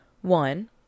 One